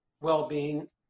well-being